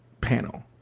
panel